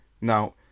Now